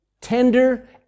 tender